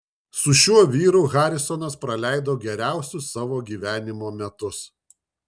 su šiuo vyru harisonas praleido geriausius savo gyvenimo metus